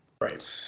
right